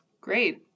Great